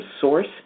source